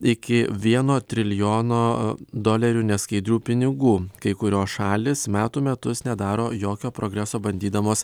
iki vieno trilijono dolerių neskaidrių pinigų kai kurios šalys metų metus nedaro jokio progreso bandydamos